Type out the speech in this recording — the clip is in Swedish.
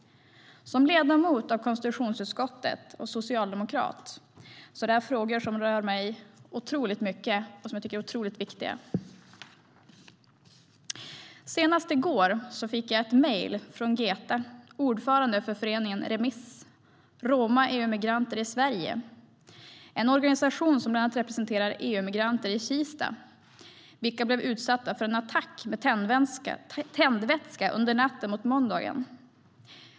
Som ledamot av konstitutionsutskottet och socialdemokrat är detta frågor som berör mig otroligt mycket och som jag tycker är otroligt viktiga. Senast i går fick jag ett mejl från Geta, ordförande för föreningen Remis, Roma EU-migranter i Sverige. Det är en organisation som bland annat representerar EU-migranter i Kista vilka blev utsatta för en attack med tändvätska under natten mot måndagen.